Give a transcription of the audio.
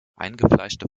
eingefleischte